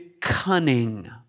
cunning